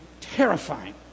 terrifying